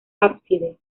ábside